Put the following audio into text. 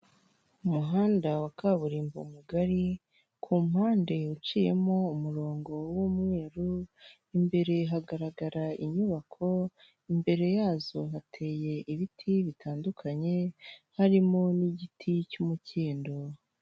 Umuhanda wa kaburimbo mugari kumpande uciyemo umurongo w'umweru imbere hagaragara inyubako imbere yazo hateye ibiti bitandukanye harimo n'igiti cy'umukindo .